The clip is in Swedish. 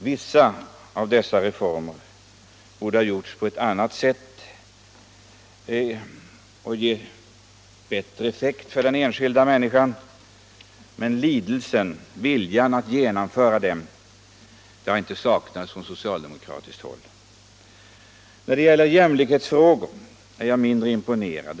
Vissa av dessa reformer borde ha gjorts på ett annat sätt och gett bättre effekt för den enskilda människan, men lidelsen och viljan att genomföra dem har inte saknats från socialdemokratiskt håll. När det gäller jämlikhetsfrågor är jag mindre imponerad.